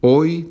Hoy